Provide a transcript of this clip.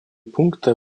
пункта